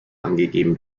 angegeben